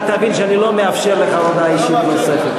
אתה תבין שאני לא מאפשר לך הודעה אישית נוספת.